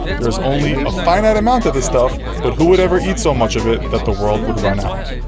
there is only a finite amount of stuff, but who would ever eat so much of it that the world would run out?